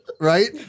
Right